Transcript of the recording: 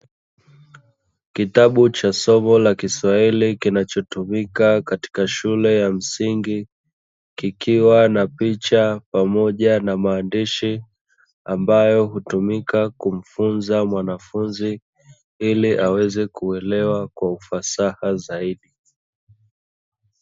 Kitabu cha somo la kiswahili kinachotumika katika shule ya msingi, kikiwa na picha pamoja na maandishi ambayo hutumika kumfunza mwanafunzi ili aweze kuelewa kwa ufasaha zaidi.